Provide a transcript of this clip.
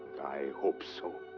i hope so.